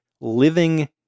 living